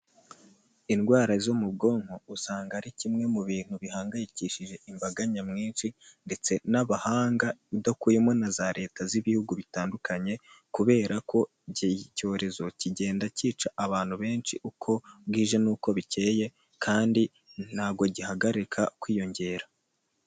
Indwara zo mu bwonko usanga ari kimwe mu bintu bihangayikishije imbaga nyamwinshi ndetse n'abahanga udakubiyemo na za leta z'ibihugu bitandukanye, kubera ko icyorezo kigenda cyica abantu benshi uko bwije n'uko bikeye, kandi ntago gihagarika kwiyongera.